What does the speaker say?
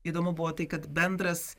įdomu buvo tai kad bendras